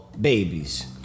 babies